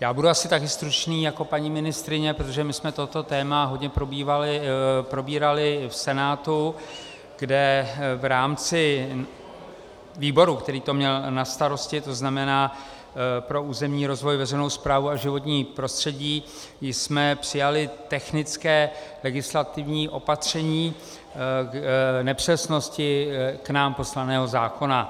já budu asi tak stručný jako paní ministryně, protože my jsme toto téma hodně probírali v Senátu, kde v rámci výboru, který to měl na starosti, to znamená pro územní rozvoj, veřejnou správu a životní prostředí, jsme přijali technické legislativní opatření k nepřesnosti nám poslaného zákona.